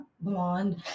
blonde